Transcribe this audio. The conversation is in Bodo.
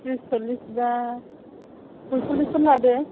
ट्रिस सल्लिस बा पइस'ल्लिसफोर लादो